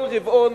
כל רבעון,